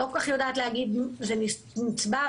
זה נצבר,